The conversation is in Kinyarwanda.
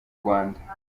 rwanda